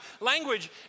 language